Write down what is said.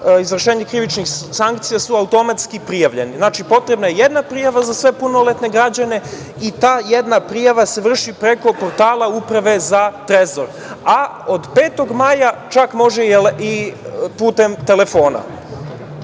izvršenje krivičnih sankcija su automatski prijavljeni. Znači, potrebna je jedna prijava za sve punoletne građane i ta jedna prijava se vrši preko portala e-uprave za Trezor. Od 5. maja čak može i putem telefona. Ono